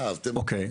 אוקיי.